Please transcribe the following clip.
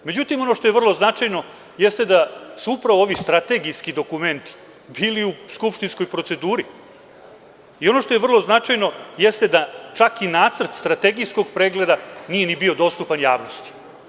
Međutim, ono što je vrlo značajno jeste da su upravo ovi strategijski dokumenti bili u skupštinskoj proceduri i ono što je vrlo značajno jeste da čak i nacrt strategijskog pregleda nije ni bio dostupan javnosti.